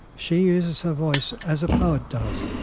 she uses her voice as a poet does,